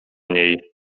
niej